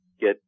get